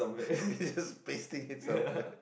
just pasting it somewhere